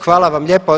Hvala vam lijepo.